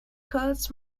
hurts